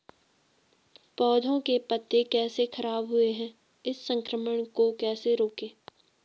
पौधों के पत्ते कैसे खराब हुए हैं इस संक्रमण को कैसे रोकें?